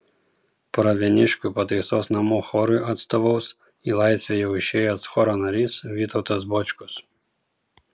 pravieniškių pataisos namų chorui atstovaus į laisvę jau išėjęs choro narys vytautas bočkus